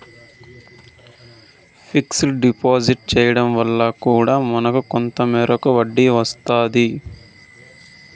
fixed deposit చేయడం వల్ల కూడా మనకు కొంత మేరకు వడ్డీ వస్తాది